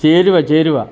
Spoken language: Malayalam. ചേരുവ ചേരുവ